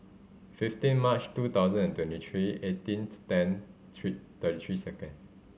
fifteen March two thousand and twenty three eighteenth ten three thirty three second